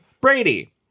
Brady